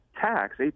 tax